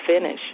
finish